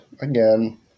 Again